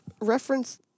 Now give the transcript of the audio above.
reference